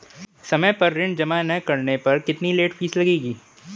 समय पर ऋण जमा न करने पर कितनी लेट फीस लगेगी?